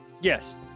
Yes